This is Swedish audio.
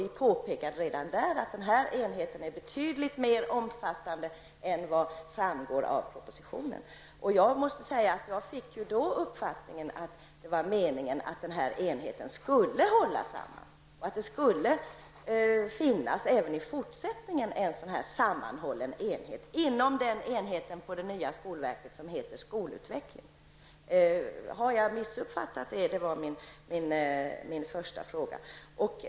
Vi påpekade redan där att enheten är betydligt mer omfattande än vad som framgår av propositionen. Jag fick då den uppfattningen att det var meningen att den här enheten skulle hållas samman och att det även i fortsättningen skulle finnas en sådan här sammanhållen enhet inom den enhet på det nya skolverket som heter skolutveckling. Har jag missuppfattat detta? Det var min första fråga.